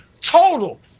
total